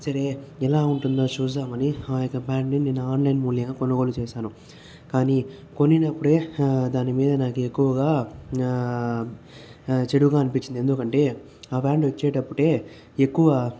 సరే ఎలా ఉంటుందో చూద్దామని నేను ఆ ప్యాంటుని ఆన్లైన్ మూల్యాన కొనుగోలు చేశాను కానీ కొనప్పుడే దాని మీద నాకు ఎక్కువగా చెడుగా అనిపించింది ఎందుకంటే ఆ ప్యాంటు వచ్చేటప్పుడే ఎక్కువ